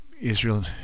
Israel